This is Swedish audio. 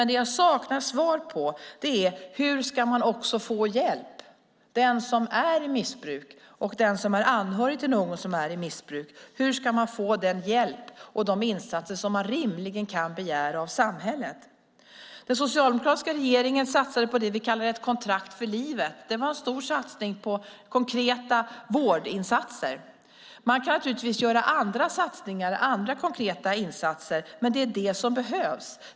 Det jag saknar svar på är hur man ska få hjälp. Hur ska den som är i missbruk och den som är anhörig till någon som är i missbruk få den hjälp och de insatser som de rimligen kan begära av samhället? Den socialdemokratiska regeringen satsade på det vi kallade Ett kontrakt för livet. Det var en stor satsning på konkreta vårdinsatser. Man kan naturligtvis göra andra satsningar och andra konkreta insatser, men det är det som behövs.